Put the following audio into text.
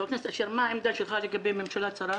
מה עמדתך חבר הכנסת אשר לגבי ממשלה צרה?